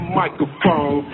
microphone